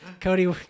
Cody